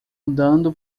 andando